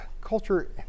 culture